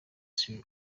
sir